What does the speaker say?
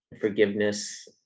forgiveness